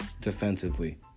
defensively